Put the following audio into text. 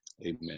amen